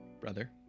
brother